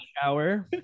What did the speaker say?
shower